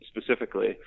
specifically